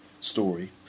story